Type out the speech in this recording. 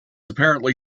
apparently